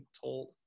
told